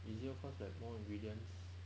easier cause like more ingredients